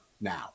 now